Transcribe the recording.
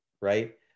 right